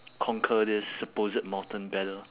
conquer this supposed mountain better